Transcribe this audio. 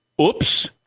oops